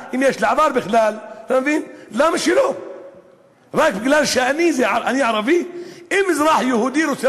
אני מוכרח לומר שאני לא יודע כמה הזדמנויות יהיו לי לדבר על הנושא הזה,